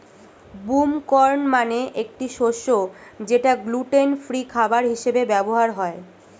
broom corn মানে একটি শস্য যেটা গ্লুটেন ফ্রি খাবার হিসেবে ব্যবহার হয়